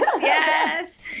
yes